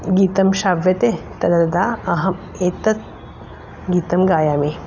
गीतं श्राव्यते तदा अहम् एतत् गीतं गायामि